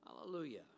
hallelujah